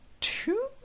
two